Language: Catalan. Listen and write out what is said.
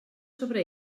sobre